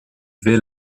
vais